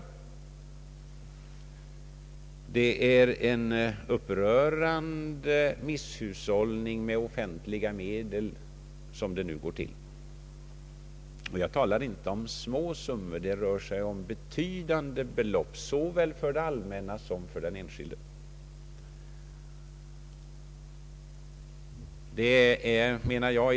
Som det nu går till är det en upprörande misshushållning med offentliga medel — och jag talar inte om små summor, det rör sig om betydande belopp såväl för det allmänna som för den enskilde.